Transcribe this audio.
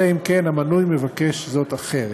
אלא אם כן המנוי מבקש זאת אחרת.